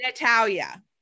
Natalia